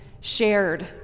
shared